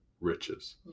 riches